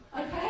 okay